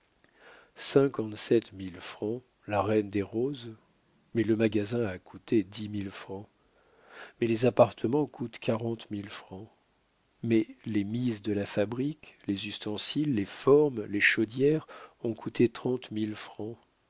la reine des roses mais le magasin a coûté dix mille francs mais les appartements coûtent quarante mille francs mais les mises de la fabrique les ustensiles les formes les chaudières ont coûté trente mille francs